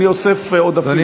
אני אוסף עודפים.